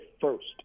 first